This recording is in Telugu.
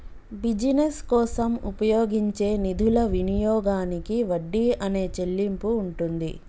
బిజినెస్ కోసం ఉపయోగించే నిధుల వినియోగానికి వడ్డీ అనే చెల్లింపు ఉంటుంది